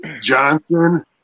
Johnson